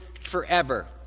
forever